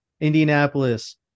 Indianapolis